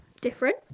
Different